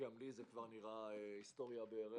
גם לי זה כבר נראה היסטוריה בערך.